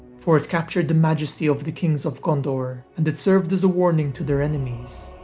for it captured the majesty of the kings of gondor and it served as a warning to their enemies.